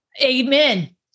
amen